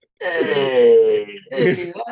hey